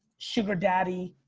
sugar daddy,